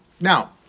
Now